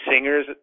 singers